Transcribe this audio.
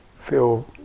feel